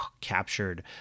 captured